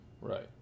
Right